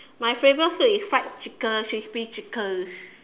my favourite food is fried chicken crispy chicken